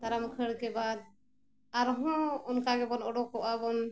ᱫᱟᱨᱟᱢ ᱠᱷᱟᱹᱲ ᱠᱮ ᱵᱟᱫ ᱟᱨᱦᱚᱸ ᱚᱱᱠᱟ ᱜᱮᱵᱚᱱ ᱚᱰᱳᱠᱚᱜᱼᱟ ᱵᱚᱱ